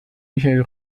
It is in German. michael